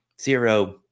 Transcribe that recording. zero